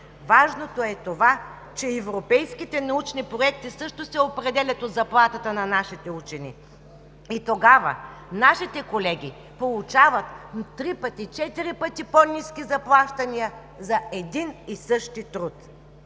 Важното е това, че европейските научни проекти също се определят от заплатата на нашите учени и тогава нашите колеги получават три пъти, четири пъти по-ниски заплащания за един и същи труд.